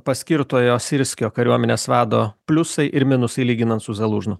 paskirtojo syrskio kariuomenės vado pliusai ir minusai lyginant su zalužnu